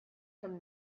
from